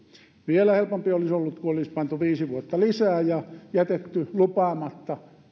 vielä helpompi olisi ollut kun olisi pantu viisi vuotta lisää ja jätetty lupaamatta